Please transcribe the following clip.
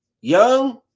young